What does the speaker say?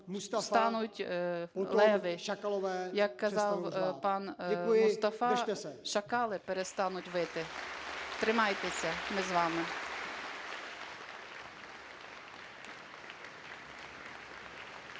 стануть леви, як казав пан Мустафа, шакали перестануть вити. Тримайтеся. Ми з вами.